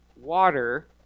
water